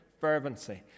fervency